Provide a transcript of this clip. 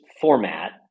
format